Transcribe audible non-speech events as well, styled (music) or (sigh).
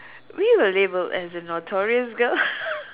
we were labelled as the notorious girl (laughs)